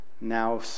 now